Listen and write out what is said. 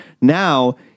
now